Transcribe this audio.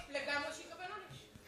לגמרי, שיקבל עונש.